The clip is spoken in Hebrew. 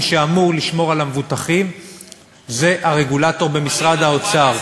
מי שאמור לשמור על המבוטחים זה הרגולטור במשרד האוצר,